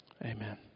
Amen